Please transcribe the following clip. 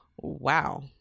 Wow